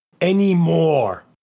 anymore